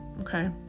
okay